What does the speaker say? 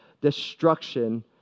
destruction